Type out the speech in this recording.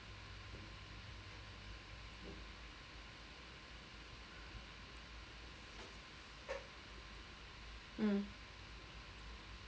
mm